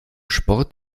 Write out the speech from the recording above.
sport